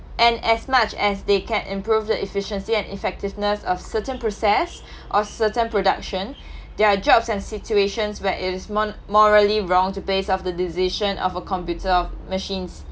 and as much as they can improve the efficiency and effectiveness of certain process or certain production there are jobs and situations where it is mon~ morally wrong to base off the decision of a computer of machines